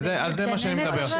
על זה אני מדבר.